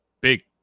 big